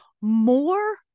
more